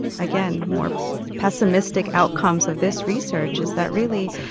again, more pessimistic outcomes of this research is that really,